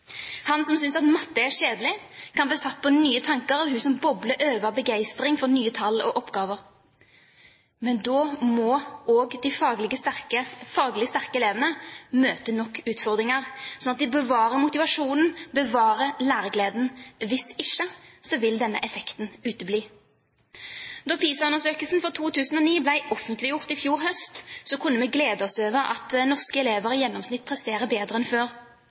Han som synes at matte er kjedelig, kan bli satt på nye tanker av hun som bobler over av begeistring for nye tall og oppgaver. Men da må også de faglig sterke elevene møte nok utfordringer, slik at de bevarer motivasjonen og bevarer læregleden. Hvis ikke vil denne effekten utebli. Da PISA-undersøkelsen for 2009 ble offentliggjort i fjor høst, kunne vi glede oss over at norske elever i gjennomsnitt presterer bedre enn før.